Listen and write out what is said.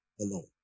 alone